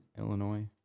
Illinois